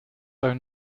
own